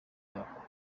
yabo